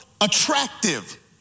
attractive